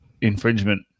infringement